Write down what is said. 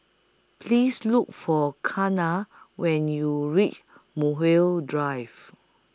Please Look For Kiana when YOU REACH Muswell Hill